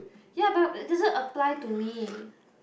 yea but it doesn't apply to me